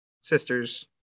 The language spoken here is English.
sisters